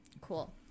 Cool